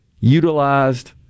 utilized